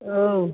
औ